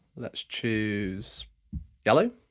let's choose yellow.